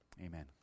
amen